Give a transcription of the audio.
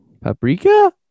paprika